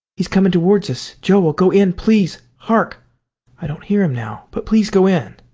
he's coming towards us. joel, go in please. hark i don't hear him now. but please go in.